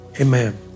amen